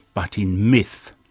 but in myth?